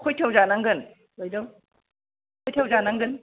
खयथायाव जानांगोन बायद' खयथायाव जानांगोन